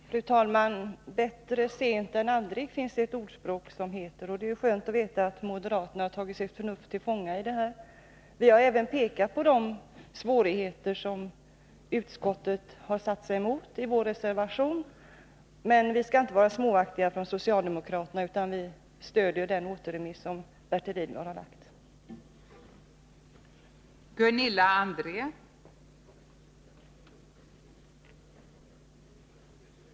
Fru talman! Bättre sent än aldrig, finns det ett ordspråk som säger. Det är skönt att veta att moderaterna nu har tagit sitt förnuft till fånga. I vår reservation har vi även pekat på de svårigheter som utskottet har satt sig över, men vi socialdemokrater skall inte vara småaktiga, utan vi stöder det förslag om återremiss som Bertil Lidgard har framställt.